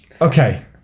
Okay